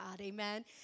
Amen